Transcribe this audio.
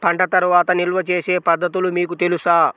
పంట తర్వాత నిల్వ చేసే పద్ధతులు మీకు తెలుసా?